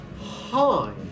Hi